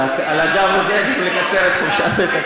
על הגב הזה לקצר את חופשת,